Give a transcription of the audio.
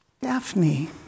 Daphne